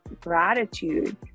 gratitude